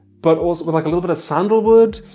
but also with like a little bit of sandalwood?